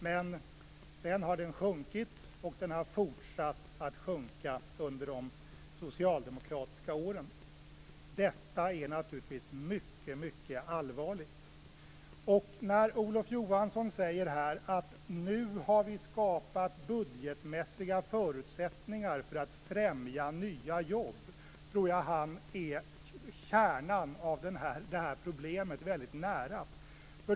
Men sedan har den sjunkit, och den har fortsatt att sjunka under de socialdemokratiska åren. Detta är naturligtvis mycket allvarligt. När Olof Johansson säger att man nu har skapat budgetmässiga förutsättningar för att främja nya jobb, tror jag att han är mycket nära kärnan av det här problemet.